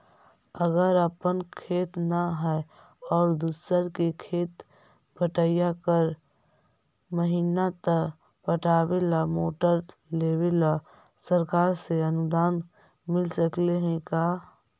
अगर अपन खेत न है और दुसर के खेत बटइया कर महिना त पटावे ल मोटर लेबे ल सरकार से अनुदान मिल सकले हे का?